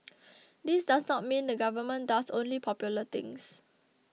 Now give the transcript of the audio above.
this does not mean the Government does only popular things